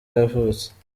yavutse